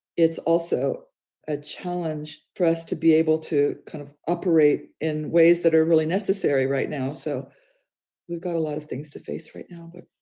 it's also a challenge for us to be able to kind of operate in ways that are really necessary right now. so we've got a lot of things to face right now. but